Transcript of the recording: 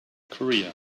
career